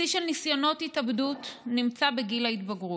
השיא של ניסיונות התאבדות נמצא בגיל ההתבגרות.